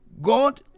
God